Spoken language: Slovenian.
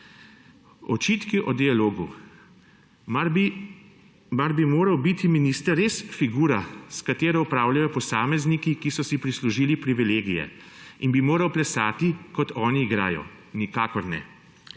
Očitki o dialogu. Mar bi moral biti minister res figura, s katero upravljajo posamezniki, ki so si prislužili privilegije, in bi moral plesati kot oni igrajo? Nikakor ne.